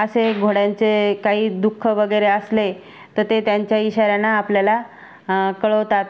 असे घोड्यांचे काही दु ख वगैरे असले तर ते त्यांच्या इशाऱ्यानं आपल्याला कळवतात